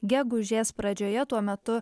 gegužės pradžioje tuo metu